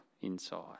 inside